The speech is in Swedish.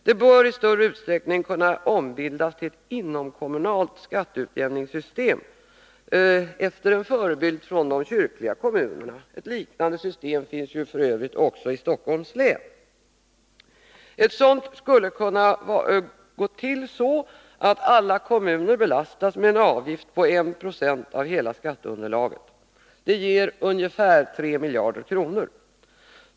Det bör i större utsträckning kunna ombildas till ett inomkommunalt skatteutjämningssystem, efter förebild från de kyrkliga kommunerna. Ett liknande system finns f. ö. också i Stockholms län. Ett sådant system skulle kunna utformas så att alla kommuner belastas med en avgift på 1 90 av hela skatteunderlaget. Det ger ungefär 3 miljarder kronor.